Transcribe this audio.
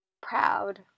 proud